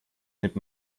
nimmt